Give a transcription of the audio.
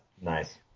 Nice